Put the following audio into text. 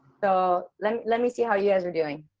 so let let me see how you guys are doing.